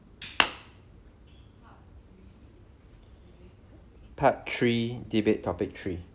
part three debate topic three